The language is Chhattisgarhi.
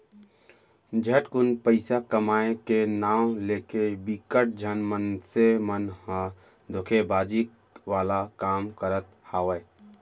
झटकुन पइसा कमाए के नांव लेके बिकट झन मनसे मन ह धोखेबाजी वाला काम करत हावय